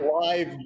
live